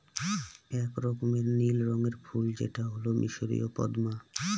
এক রকমের নীল রঙের ফুল যেটা হল মিসরীয় পদ্মা